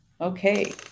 Okay